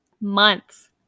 months